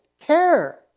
care